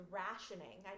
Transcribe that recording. rationing